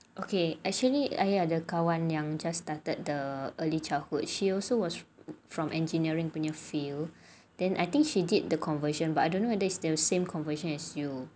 okay actually I ada kawan yang just started the early childhood she also was from engineering punya field then I think she did the conversion but I don't know whether is it's the same conversion as you